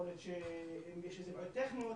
יכול להיות שיש איזה בעיות טכניות,